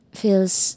feels